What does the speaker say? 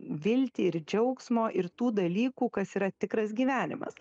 viltį ir džiaugsmo ir tų dalykų kas yra tikras gyvenimas